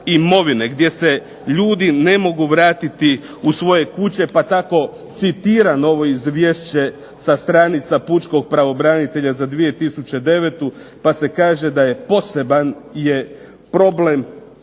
gdje se ljudi ne mogu vratiti u svoje kuće pa tako citiram ovo izvješće sa stranica pučkog pravobranitelja za 2009. pa se kaže da je poseban problem